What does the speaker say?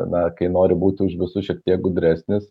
tada kai nori būti už visus šiek tiek gudresnis